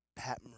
Pat